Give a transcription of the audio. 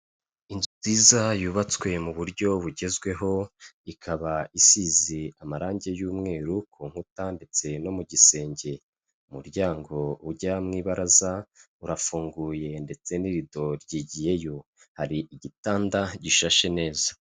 Inzu nziza yubatswe mu buryo bugezweho, ikaba isize amarangi y'umweru ku nkuta ndetse no mu gisenge; umuryango ujya mu ibaraza urafunguye ndetse n'irido byigiyeyo. Hari igitanda gishashe neza.